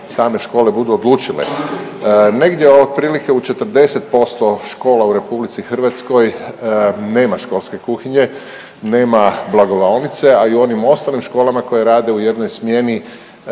škole budu odlučile. Negdje otprilike u 40% škola u RH nema školske kuhinje, nema blagovaonice, a i u onim ostalim školama koje rade u jednoj smjeni,